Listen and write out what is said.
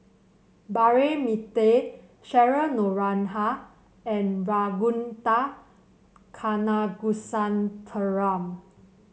Braema Mathi Cheryl Noronha and Ragunathar Kanagasuntheram